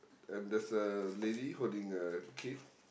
and there's a lady holding a kid